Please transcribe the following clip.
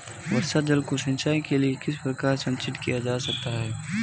वर्षा जल को सिंचाई के लिए किस प्रकार संचित किया जा सकता है?